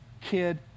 kid